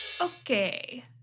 Okay